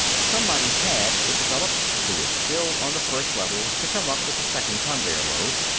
somebody had, it developed, who was still on the first level, to come up with the second conveyer load.